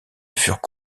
furent